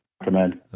recommend